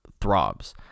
throbs